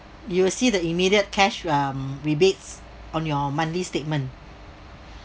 you will see the immediate cash um rebates on your monthly statement